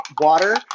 water